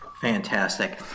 Fantastic